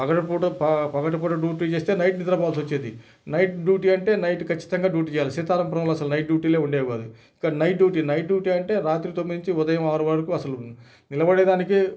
పగలు పూట ప పగటి పూట డ్యూటీ చేస్తే నైట్ నిద్ర పోవాల్సి వచ్చేది నైట్ డ్యూటీ అంటే నైట్ ఖచ్చితంగా డ్యూటీ చేయాలి సీతారామపురంలో అసలు నైట్ డ్యూటీలే ఉండేవి కాదు కానీ నైట్ డ్యూటీ నైట్ డ్యూటీ అంటే రాత్రి తొమ్మిది నుంచి ఉదయం ఆరు గంటల వరకు అసలు నిలబడే దానికి